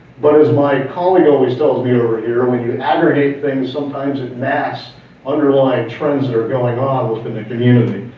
but as my colleague always tells me over here, when you aggregate things, sometimes it masks underlying trends that are going on within a community.